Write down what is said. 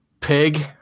pig